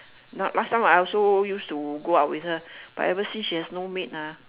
not last time I also used to go out with her but ever since she has no maid ah